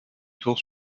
tours